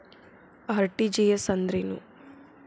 RTGS ಅಂದ್ರೇನು?